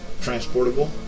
Transportable